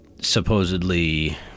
supposedly